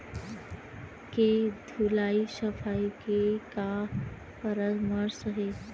के धुलाई सफाई के का परामर्श हे?